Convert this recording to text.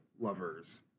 lovers